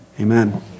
Amen